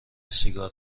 سیگار